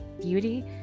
beauty